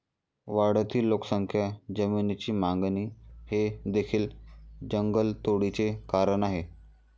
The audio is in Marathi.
वाढती लोकसंख्या, जमिनीची मागणी हे देखील जंगलतोडीचे कारण आहे